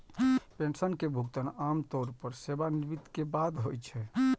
pension के भुगतान आम तौर पर सेवानिवृत्ति के बाद होइ छै